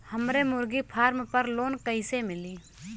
हमरे मुर्गी फार्म पर लोन कइसे मिली?